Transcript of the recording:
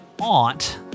aunt